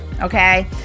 okay